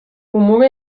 امور